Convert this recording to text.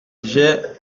j’ai